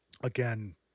again